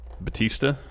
Batista